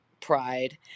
pride